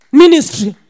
ministry